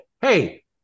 hey